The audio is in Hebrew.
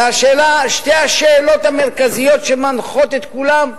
הרי שתי השאלות המרכזיות שמנחות את כולם: